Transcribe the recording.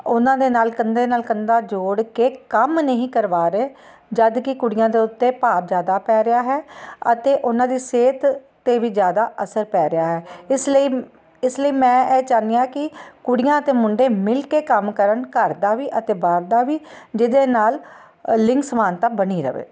ਉਨ੍ਹਾਂ ਦੇ ਨਾਲ ਕੰਧੇ ਨਾਲ ਕੰਧਾ ਜੋੜ ਕੇ ਕੰਮ ਨਹੀਂ ਕਰਵਾ ਰਹੇ ਜਦ ਕਿ ਕੁੜੀਆਂ ਦੇ ਉੱਤੇ ਭਾਰ ਜ਼ਿਆਦਾ ਪੈ ਰਿਹਾ ਹੈ ਅਤੇ ਉਨ੍ਹਾਂ ਦੀ ਸਿਹਤ 'ਤੇ ਵੀ ਜ਼ਿਆਦਾ ਅਸਰ ਪੈ ਰਿਹਾ ਹੈ ਇਸ ਲਈ ਇਸ ਲਈ ਮੈਂ ਇਹ ਚਾਹੁੰਦੀ ਹਾਂ ਕਿ ਕੁੜੀਆਂ ਅਤੇ ਮੁੰਡੇ ਮਿਲ ਕੇ ਕੰਮ ਕਰਨ ਘਰ ਦਾ ਵੀ ਅਤੇ ਬਾਹਰ ਦਾ ਵੀ ਜਿਹਦੇ ਨਾਲ ਲਿੰਗ ਸਮਾਨਤਾ ਬਣੀ ਰਹੇ